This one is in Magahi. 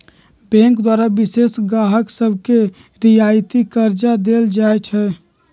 बैंक द्वारा विशेष गाहक सभके रियायती करजा देल जाइ छइ